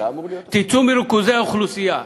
תצאו מריכוזי האוכלוסייה.